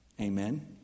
Amen